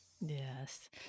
Yes